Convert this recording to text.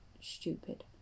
stupid